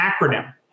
acronym